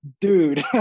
dude